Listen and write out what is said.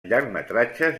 llargmetratges